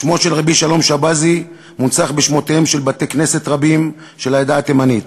שמו של רבי שלום שבזי מונצח בשמותיהם של בתי-כנסת רבים של העדה התימנית,